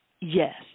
yes